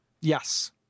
Yes